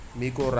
miko